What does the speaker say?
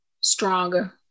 stronger